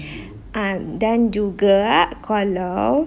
ah dan juga kalau